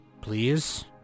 Please